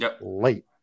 late